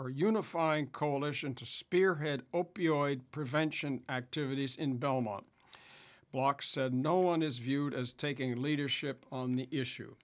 or unifying coalition to spearhead opioid prevention activities in belmont block said no one is viewed as taking leadership on the issue